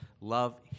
love